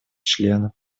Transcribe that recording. членов